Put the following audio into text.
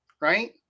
Right